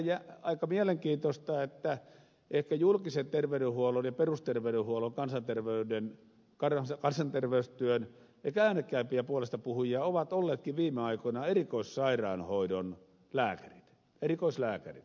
on aika mielenkiintoista että julkisen terveydenhuollon ja perusterveydenhuollon ja kansanterveystyön ehkä äänekkäimpiä puolestapuhujia ovat olleetkin viime aikoina erikoissairaanhoidon lääkärit erikoislääkärit